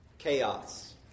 Chaos